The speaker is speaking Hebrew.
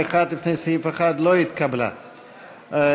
יוסף ג'בארין,